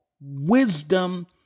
wisdom